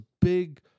big